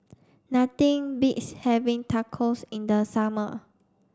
nothing beats having Tacos in the summer